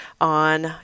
on